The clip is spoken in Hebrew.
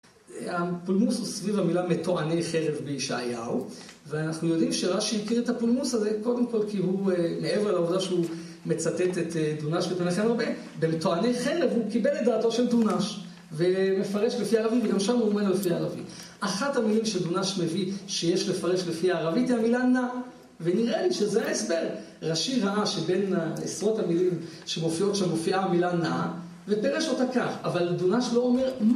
הפולמוס הוא סביב המילה מטועני חרב בישעיהו, ואנחנו יודעים שרש״י הכיר את הפולמוס הזה, קודם כל כי הוא, מעבר לעובדה שהוא מצטט את דונש ואת מנחם הרבה, במטועני חרב הוא קיבל את דעתו של דונש ומפרש לפי ערבית, גם שם הוא אומר לפי ערבית. אחת המילים שדונש מביא שיש לפרש לפי הערבית היא המילה נא, ונראה לי שזה ההסבר. רש״י ראה שבין עשרות המילים שמופיעות שם מופיעה המילה נא, ופרש אותה כך, אבל דונש לא אומר...